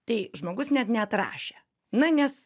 tai žmogus net neatrašė na nes